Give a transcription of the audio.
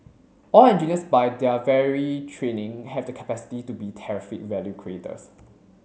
all engineers by their very training have the capacity to be terrific value creators